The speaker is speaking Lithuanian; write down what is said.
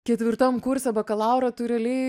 ketvirtam kurse bakalaurą tu realiai